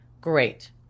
Great